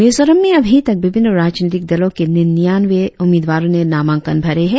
मिजोरम में अभी तक विभिन्न राजनीतिक दलों के निन्यानवें उम्मीदवारों ने नामांकन भरे हैं